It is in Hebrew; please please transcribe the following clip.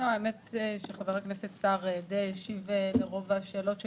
האמת שחבר הכנסת די השיב לרוב השאלות שלי.